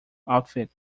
outfit